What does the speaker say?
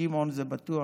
שמעון בטוח.